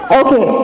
okay